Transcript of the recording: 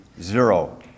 zero